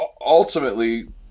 ultimately